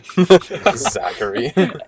Zachary